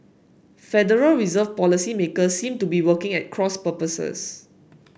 Federal Reserve policymakers seem to be working at cross purposes